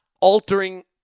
altering